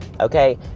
Okay